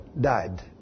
died